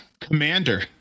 Commander